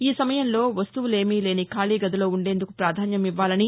ఈ సమయంలో వస్తువులేమీ లేని ఖాళీ గదిలో ఉందేందుకు ప్రాధాన్యమివ్వాలని